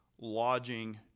lodging